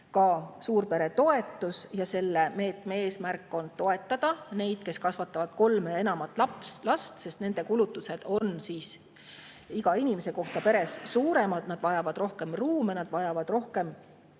ka suurperetoetus. Selle meetme eesmärk on toetada neid, kes kasvatavad kolme või enamat last, sest nende kulutused iga inimese kohta peres on suuremad. Nad vajavad rohkem ruume, nad vajavad rohkem